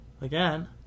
again